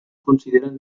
consideren